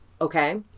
Okay